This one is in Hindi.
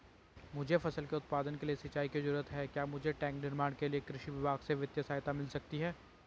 मुझे फसल के उत्पादन के लिए सिंचाई की जरूरत है क्या मुझे टैंक निर्माण के लिए कृषि विभाग से वित्तीय सहायता मिल सकती है?